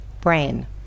brain